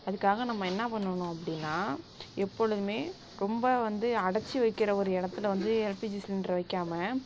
அதுக்காக நம்ம என்ன பண்ணனும் அப்படின்னா எப்பொழுதுமே ரொம்ப வந்து அடைச்சி வைக்கிற ஒரு இடத்துல வந்து எல்பிஜி சிலிண்டரை வைக்காமல்